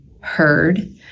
heard